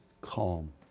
calm